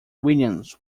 williams